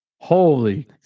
Holy